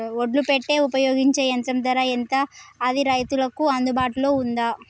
ఒడ్లు పెట్టే ఉపయోగించే యంత్రం ధర ఎంత అది రైతులకు అందుబాటులో ఉందా?